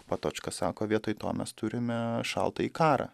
patočka sako vietoj to mes turime šaltąjį karą